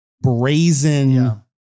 brazen